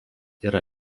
yra